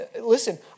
Listen